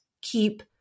keep